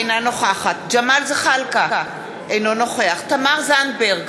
אינה נוכחת ג'מאל זחאלקה, נגד תמר זנדברג,